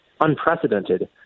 unprecedented